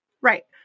Right